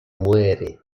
muere